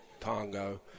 Tango